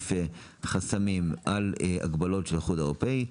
להוסיף בהינף יד חסמים על ההגבלות של האיחוד האירופי,